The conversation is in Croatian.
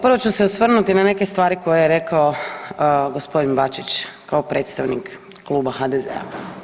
Prvo ću se osvrnuti na neke stvari koje je rekao g. Bačić kao predstavnik Kluba HDZ-a.